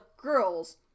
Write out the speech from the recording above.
girls